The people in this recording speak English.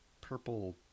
purple